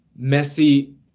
Messi